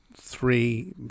three